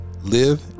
Live